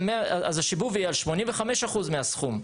אז השיבוב יהיה על 85% מהסכום.